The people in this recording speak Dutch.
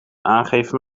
aangeven